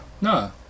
no